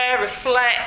reflect